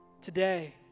Today